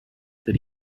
that